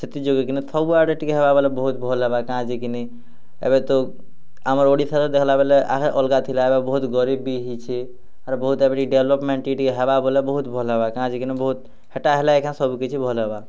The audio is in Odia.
ସେଥି ଯୋଗେ କି ନେଇଁ ସବୁଆଡ଼େ ଟିକେ ହେବା ବୋଲେ ବୋହୁତ୍ ଭଲ୍ ହେବା କାଁ ଯେ କି ନେଇଁ ଏବେ ତୋ ଆମର୍ ଓଡ଼ିଶାର ଦେଖଲା ବେଲେ ଆଘେ ଅଲ୍ଗା ଥିଲା ଏବେ ବୋହୁତ୍ ଗରିବ୍ ବି ହେଇଛେ ଆର୍ ବୋହୁତ୍ ଏବେ ଡ଼ି ଡ଼େଭ୍ଲପ୍ମେଣ୍ଟ୍ ଟିକେ ଟିକେ ହେବା ବୋଲେ ବୋହୁତ୍ ଭଲ୍ ହେବା କାଁ ଜି କି ନେଇଁ ବୋହୁତ୍ ହେଟା ହେଲେ ଏଖାଁ ସବୁ କିଛି ଭଲ୍ ହେବା